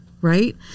Right